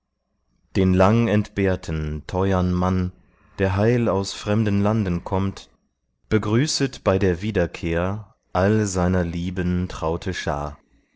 den lang entbehrten teuern mann der heil aus fernen landen kommt begrüßet bei der wiederkehr all seiner lieben traute schar